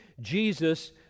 Jesus